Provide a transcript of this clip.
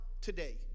today